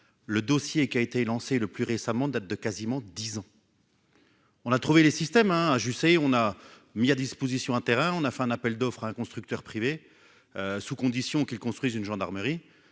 le dossier qui a été lancé le plus récemment date de quasiment 10 ans on a trouvé les systèmes hein agissait on a mis à disposition un terrain, on a fait un appel d'offre un constructeur privé sous condition qu'ils construisent une gendarmerie